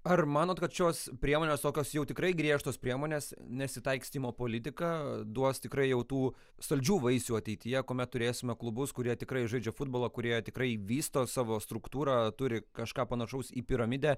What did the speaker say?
ar manot kad šios priemonės tokios jau tikrai griežtos priemonės nesitaikstymo politika duos tikrai jau tų saldžių vaisių ateityje kuomet turėsime klubus kurie tikrai žaidžia futbolą kurie tikrai vysto savo struktūrą turi kažką panašaus į piramidę